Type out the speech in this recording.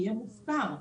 יהיה מופקר.